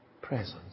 presence